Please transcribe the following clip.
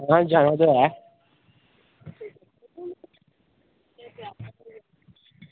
आं जाना ते ऐ